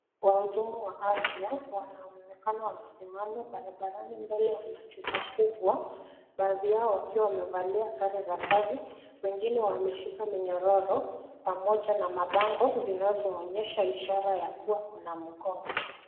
Wahudumu wa afya wanaonekana wamesimama barabarani mbele ya majumba kubwa baadhi yao wakiwa wamevalia sare za kazi wengine wameshika minyororo pamoja na mabango zinazoonyesha ishara ya kuwa kuna mgomo.